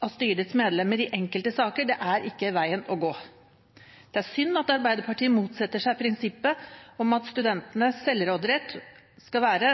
av styrets medlemmer i enkelte saker er ikke veien å gå. Det er synd at Arbeiderpartiet motsetter seg at studentenes selvråderett skal være